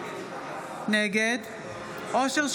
נגד אושר שקלים,